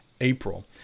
April